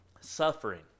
suffering